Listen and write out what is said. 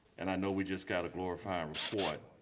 and i know we just got a glorified report.